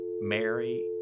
Mary